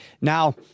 Now